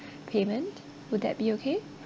payment will that be okay